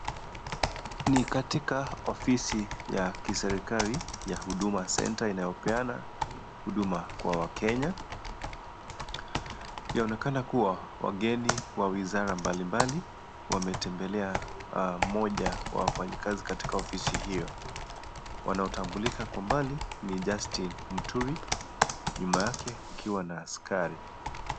Ni katika ofisI ya Kiserikali ya huduma centre inayopeana huduma kwa wakenya. Yaonekana kuwa wageni wa wizara mbalimbali wametembelea mmoja wa wafanyikazi katika ofisi hio , wanaotambulika kwa umbali ni Justin Muturi nyuma yake kukiwa na askari.